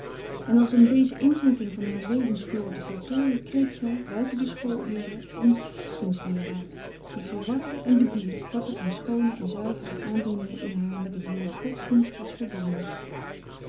en als om deze inzinking van haar levensgloor te voltooien kreeg zij buiten de school uren een godsdienstleeraar die verwarde en bedierf wat er aan schoone en zuivere aandoeningen in haar met het woord godsdienst was verbonden